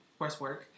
coursework